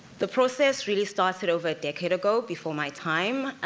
the process really started over a decade ago, before my time,